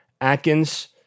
Atkins